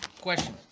Question